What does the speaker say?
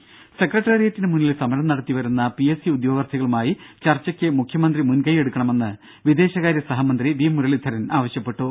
ദേദ സെക്രട്ടേറിയറ്റിന് മുന്നിൽ സമരം നടത്തിവരുന്ന പി എസ് സി ഉദ്യോഗാർഥികളുമായി ചർച്ചക്ക് മുഖ്യമന്ത്രി മുൻകൈ എടുക്കണമെന്ന് വിദേശകാര്യ സഹമന്ത്രി വി മുരളീധരൻ പറഞ്ഞു